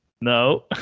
No